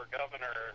governor